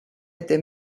était